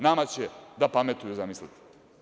Nama će da pametuju, zamislite.